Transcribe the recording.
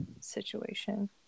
situation